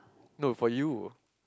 no for you